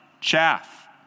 chaff